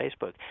Facebook